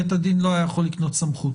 בית הדין לא יכול היה לקנות סמכות?